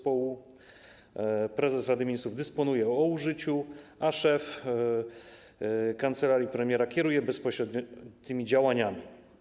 Prezes Rady Ministrów dysponuje, decyduje o jego użyciu, a szef kancelarii premiera kieruje bezpośrednio tymi działaniami.